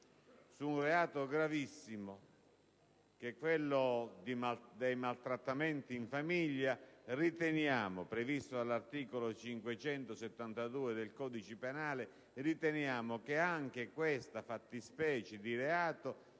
su un reato gravissimo, quello dei maltrattamenti in famiglia, previsto dall'articolo 572 del codice penale, riteniamo che anche questa fattispecie di reato